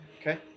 Okay